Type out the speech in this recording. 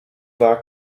war